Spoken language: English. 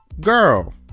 girl